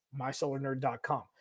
MySolarNerd.com